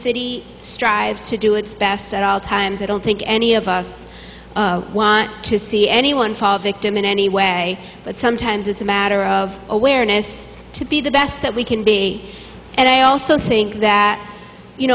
city strives to do its best at all times i don't think any of us want to see anyone fall victim in any way but sometimes it's a matter of awareness to be the best that we can be and i also think that you